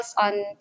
on